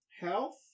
health